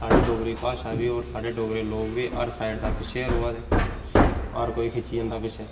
साढ़ी डोगरी भाशा बी होर साढ़े डोगरे लोक बी हर साइड दा पिच्छें गै रौऐ दे हर कोई खिच्ची जंदा पिच्छे